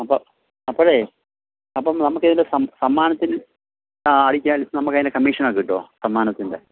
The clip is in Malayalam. അപ്പോൾ അപ്പോഴേ അപ്പം നമുക്കിതിൻ്റെ സമ്മാനത്തിന് ആ അടിച്ചാൽ നമുക്കതിൻ്റെ കമ്മീഷനൊക്കെ കിട്ടുമോ സമ്മാനത്തിൻ്റെ